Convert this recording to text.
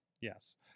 yes